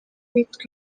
bitwa